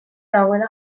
dagoela